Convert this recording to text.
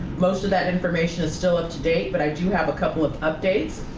most of that information is still up to date, but i do have a couple of updates.